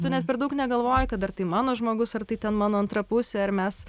tu net per daug negalvoji kad ar tai mano žmogus ar tai ten mano antra pusė ar mes